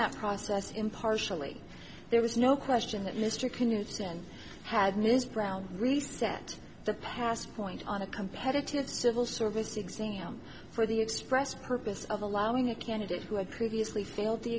that process impartially there was no question that mr can use and have ms brown reset the past point on a competitive civil service exam for the express purpose of allowing a candidate who had previously fail